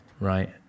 right